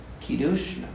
Kiddush